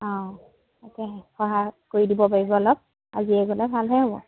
অঁ তাকেহে সহায় কৰি দিব পাৰিব অলপ আজিয়ে গ'লে ভালহে হ'ব